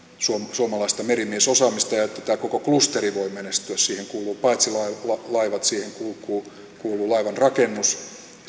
suomalaista merimiesosaamista ja että tämä koko klusteri voi menestyä siihen kuuluvat paitsi laivat myös laivanrakennus